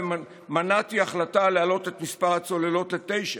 ומנעתי החלטה להעלות את מספר הצוללות לתשע.